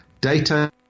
Data